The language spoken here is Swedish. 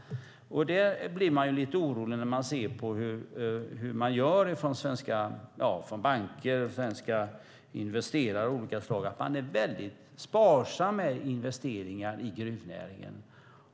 Man blir lite orolig när man ser hur svenska banker och investerare av olika slag gör. De är sparsamma med investeringar i gruvnäringen.